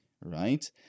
right